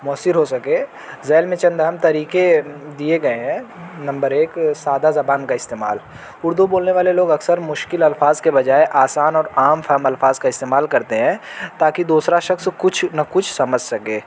مؤثر ہو سکے ذیل میں چند اہم طریقے دیے گئے ہیں نمبر ایک سادہ زبان کا استعمال اردو بولنے والے لوگ اکثر مشکل الفاظ کے بجائے آسان اور عام فہم الفاظ کا استعمال کرتے ہیں تاکہ دوسرا شخص کچھ نہ کچھ سمجھ سکے